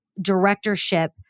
directorship